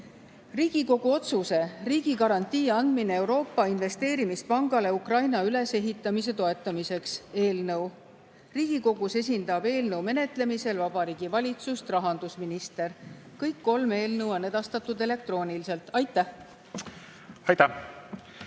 Riigikogu otsuse "Riigigarantii andmine Euroopa Investeerimispangale Ukraina ülesehitamise toetamiseks" eelnõu. Riigikogus esindab eelnõu menetlemisel Vabariigi Valitsust rahandusminister. Kõik kolm eelnõu on edastatud elektrooniliselt. Aitäh! Aitäh!